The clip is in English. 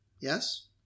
Yes